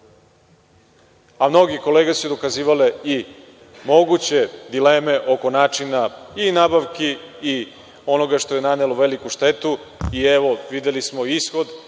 A mnoge kolege su dokazivale i moguće dileme oko načina i nabavki i onoga što je nanelo veliku štetu, a evo, videli smo ishod